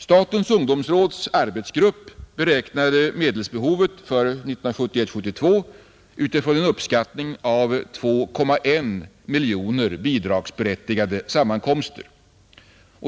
Statens ungdomsråds arbetsgrupp beräknade medelsbehovet för 1971/72 utifrån en uppskattning av 2,1 miljoner bidragsberättigade sammankomster.